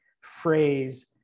phrase